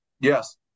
yes